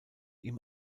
ihm